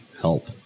help